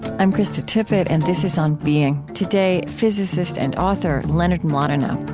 i'm krista tippett, and this is on being. today, physicist and author leonard mlodinow